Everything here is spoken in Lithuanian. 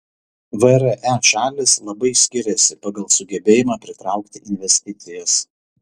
vre šalys labai skiriasi pagal sugebėjimą pritraukti investicijas